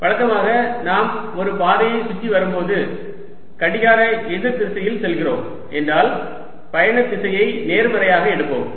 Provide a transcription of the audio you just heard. வழக்கமாக நாம் ஒரு பாதையைச் சுற்றி வரும்போது கடிகார எதிர் திசையில் செல்கிறோம் என்றால் பயணத் திசையை நேர்மறையாக எடுப்போம்